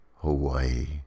Hawaii